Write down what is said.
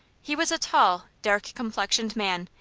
he was a tall, dark-complexioned man,